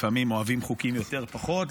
לפעמים אוהבים חוקים יותר או פחות,